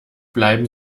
bleiben